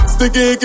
Sticky